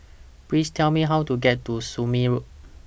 Please Tell Me How to get to Somme Road